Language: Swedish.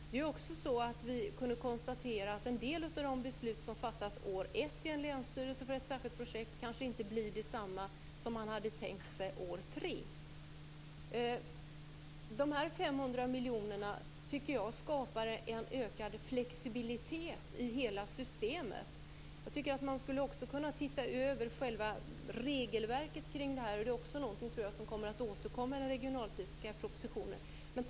Vi kunde också konstatera att en del av de beslut som fattas år 1 i en länsstyrelse för ett särskilt projekt kanske inte blir detsamma som man hade tänkt sig år 3. Jag tycker att de 500 miljonerna skapar en ökad flexibilitet i hela systemet. Man skulle också kunna se över själva regelverket kring det här. Det är också något som jag tror kommer att återkomma i den regionalpolitiska propositionen.